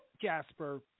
Jasper